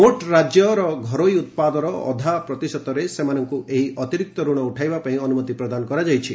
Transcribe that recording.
ମୋଟ୍ ରାଜ୍ୟ ଘରୋଇ ଉତ୍ପାଦର ଅଧା ପ୍ରତିଶତରେସେମାନଙ୍କୁ ଏହି ଅତିରିକ୍ତ ଋଣ ଉଠାଇବା ପାଇଁ ଅନୁମତି ପ୍ରଦାନ କରାଯାଇଛି